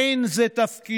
אין זה תפקידו.